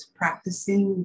practicing